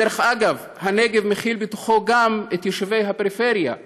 ודרך אגב, הנגב מכיל בתוכו גם את יישובי הפריפריה,